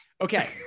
Okay